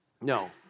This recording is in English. No